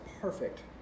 perfect